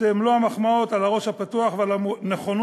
מלוא המחמאות על הראש הפתוח ועל הנכונות